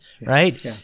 right